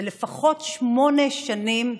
זה לפחות שמונה שנים,